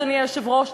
אדוני היושב-ראש,